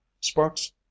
Sparks